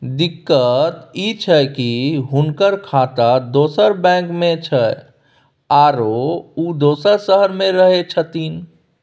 दिक्कत इ छै की हुनकर खाता दोसर बैंक में छै, आरो उ दोसर शहर में रहें छथिन